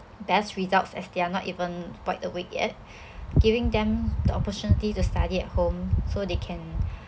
best results as they are not even wide awake yet giving them the opportunity to study at home so they can